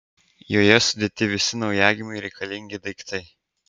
joje sudėti visi naujagimiui reikalingi daiktai